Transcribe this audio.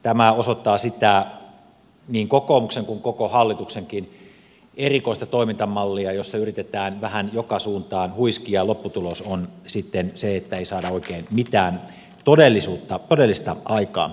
tämä osoittaa sitä niin kokoomuksen kuin koko hallituksenkin erikoista toimintamallia jossa yritetään vähän joka suuntaan huiskia ja lopputulos on sitten se että ei saada oikein mitään todellista aikaan